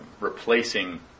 replacing